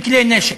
של כלי נשק,